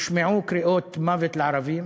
הושמעו קריאות "מוות לערבים".